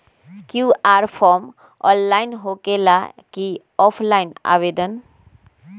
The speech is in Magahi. कियु.आर फॉर्म ऑनलाइन होकेला कि ऑफ़ लाइन आवेदन?